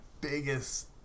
biggest